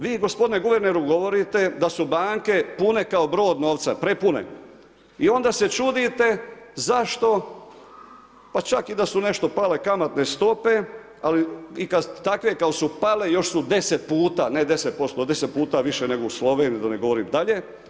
Vi gospodine guverneru, govorite da su banke pune kao brod novca, prepune, i onda se čudite zašto, pa čak da su nešto pale kamatne stope i takve kada su pale još su deset puta ne 10%, deset puta više nego u Sloveniji da ne govorim dalje.